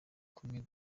kumwe